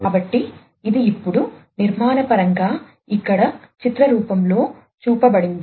కాబట్టి ఇది ఇప్పుడు నిర్మాణపరంగా ఇక్కడ చిత్ర రూపంలో చూపబడింది